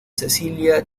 cecilia